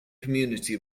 community